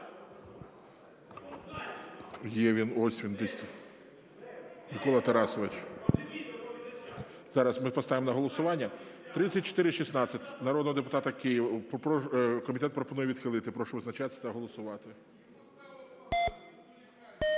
Є він, ось він десь... Микола Тарасович. Зараз ми поставимо на голосування. 3416 народного депутата…. Комітет пропонує відхилити. Прошу визначатися та голосувати.